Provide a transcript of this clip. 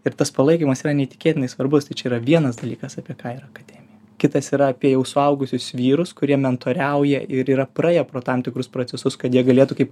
ir tas palaikymas yra neįtikėtinai svarbus tai čia yra vienas dalykas apie ką yra akademija kitas yra apie jau suaugusius vyrus kurie mentoriauja ir yra praėję pro tam tikrus procesus kad jie galėtų kaip